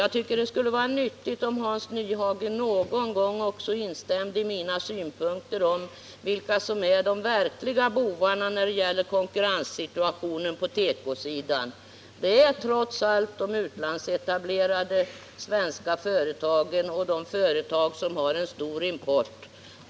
Jag tycker att det skulle vara nyttigt om Hans Nyhage någon gång kunde instämma i mina synpunkter på vilka som är de verkliga bovarna när det gäller konkurrenssituationen på tekosidan. Det är ju trots allt de utlandsetablerade svenska företagen och de företag som har en stor import.